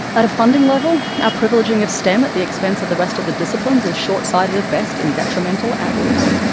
at a funding level, our privileging of stem at the expense of the rest of the disciplines is short-sighted at best, and detrimental at worst.